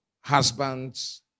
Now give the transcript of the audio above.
husbands